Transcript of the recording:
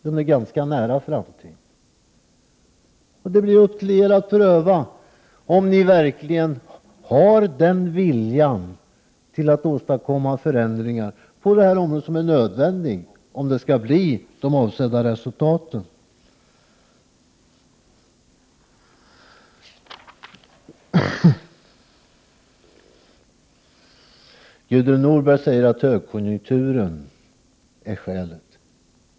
Det är upp till er att pröva om ni verkligen har den vilja att åstadkomma förändringar på detta område som är nödvändig om de avsedda resultaten skall uppnås. Gudrun Norberg säger att högkonjunkturen är skälet.